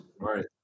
right